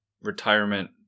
retirement